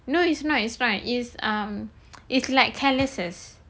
no it's not it's fine it's um it's like calluses